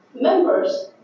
Members